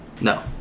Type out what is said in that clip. No